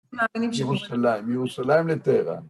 ירושלים, ירושלים לטהרן.